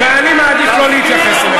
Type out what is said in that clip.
ואני מעדיף לא להתייחס אליך.